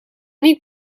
niet